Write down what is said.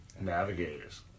Navigators